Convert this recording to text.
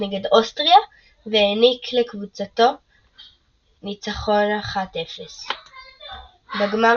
נגד אוסטריה והעניק לקבוצתו ניצחון 0–1. בגמר